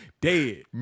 Dead